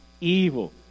evil